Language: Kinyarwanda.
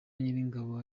nyiringabo